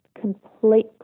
complete